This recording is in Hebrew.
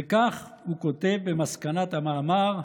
וכך הוא כותב במסקנת המאמר,